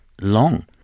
long